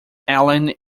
allen